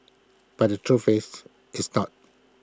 but the truth is it's not